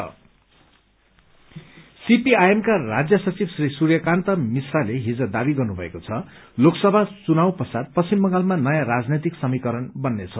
leopard front सीपीआइएमका राज्य सचिव श्री सूर्यकान्त मिश्राले हिज दावी गर्नुभएको छ लोकसभा चुनाव पश्चात पश्चिम बंगालमा नयाँ राजनैतिक समीकरण बन्नेछ